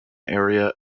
area